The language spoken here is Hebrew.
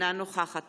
אינה נוכחת